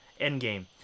Endgame